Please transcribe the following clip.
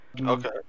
Okay